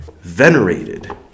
venerated